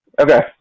okay